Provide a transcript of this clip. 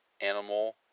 animal